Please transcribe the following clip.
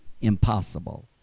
impossible